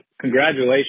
congratulations